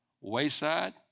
wayside